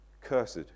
Cursed